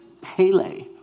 Pele